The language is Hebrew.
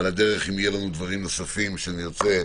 על הדרך, אם יהיו דברים שנוספים שנרצה,